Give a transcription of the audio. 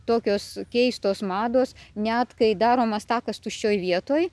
tokios keistos mados net kai daromas takas tuščioj vietoj